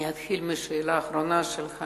אני אתחיל מהשאלה האחרונה שלך.